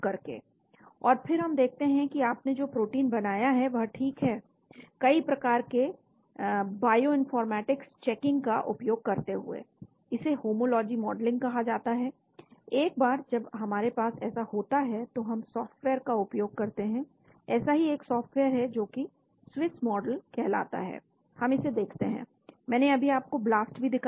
और फिर हम देखते हैं कि आपने जो प्रोटीन बनाया है वह ठीक है कई प्रकार के बायोइनफॉर्मेटिक्स चेकिंग का उपयोग करते हुए इसे होमोलोजी मॉडलिंग कहा जाता है एक बार जब हमारे पास ऐसा होता है तो हम सॉफ्टवेयर का उपयोग करते हैं ऐसा ही एक सॉफ्टवेयर है जो कि स्विस मॉडल कह लाता है हम इसे देखते हैं मैंने अभी आपको BLAST भी दिखाया